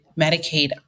Medicaid